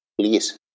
please